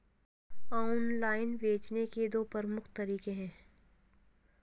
ई commerce business कैसे करें?